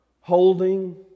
holding